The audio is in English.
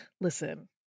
Listen